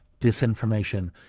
disinformation